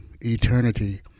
eternity